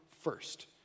first